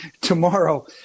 tomorrow